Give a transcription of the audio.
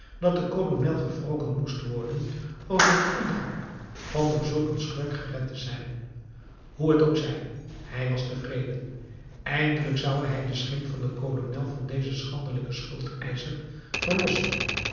dat de kolonel gewroken moest worden over het ongeluk van door zulk een schurk gered te zijn hoe het ook zij hij was tevreden eindelijk zou hij de schim van den kolonel van dezen schandelijken schuldeischer verlossen